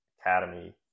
academy